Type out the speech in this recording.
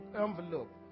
envelope